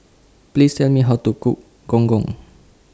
Please Tell Me How to Cook Gong Gong